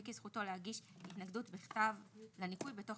וכי זכותו להגיש התנגדות בכתב לניכוי בתוך